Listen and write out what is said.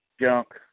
Junk